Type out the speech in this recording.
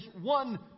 one